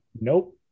nope